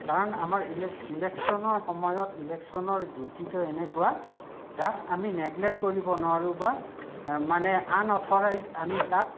কাৰণ আমাৰ ইলেক ইলেকচনৰ সময়ত ইলেকচনৰ ডিউটিটো এনেকুৱা যাক আমি নেগলেক্ট কৰিব নোৱাৰোঁ বা মানে আনঅথ'ৰাইজ আমি তাত